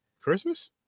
Christmas